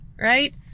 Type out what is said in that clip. Right